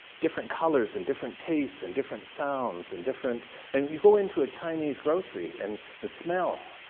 different colors and different tastes and different sounds and different and you go into a chinese grocery and the smell